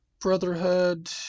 Brotherhood